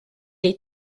est